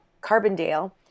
Carbondale